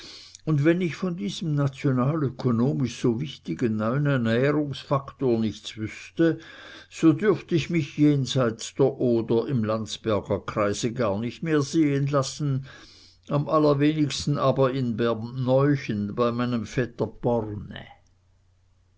und wenn ich von diesem national ökonomisch so wichtigen neuen ernährungsfaktor nichts wüßte so dürft ich mich jenseits der oder im landsberger kreise gar nicht mehr sehen lassen am allerwenigsten aber in berneuchen bei meinem vetter borne